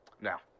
Now